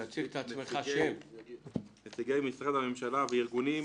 נציגי משרדי הממשלה וארגונים,